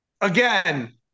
again